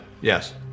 yes